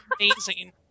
amazing